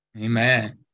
Amen